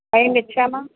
time यच्छामः